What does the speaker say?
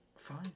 Fine